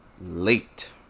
late